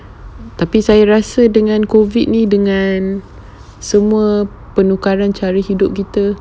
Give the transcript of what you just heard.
tapi saya rasa dengan COVID ini dengan semua penukaran cara hidup kita